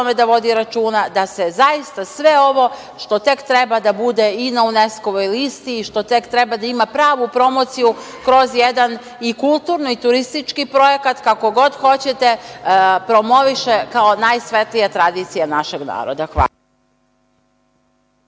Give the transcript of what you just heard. da vodi računa, da se zaista sve ovo što tek treba da bude i na UNESKO-voj listi i što tek treba da ima pravu promociju kroz jedan i kulturni i turistički projekat, kako god hoćete, promoviše kao najsvetlija tradicija našeg naroda. Hvala.